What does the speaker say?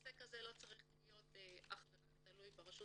נושא כזה לא צריך להיות תלוי אך ורק ברשות